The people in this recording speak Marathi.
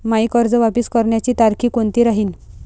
मायी कर्ज वापस करण्याची तारखी कोनती राहीन?